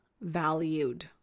valued